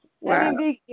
wow